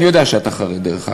אני יודע שאתה חרד, דרך אגב.